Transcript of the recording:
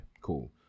cool